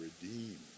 redeem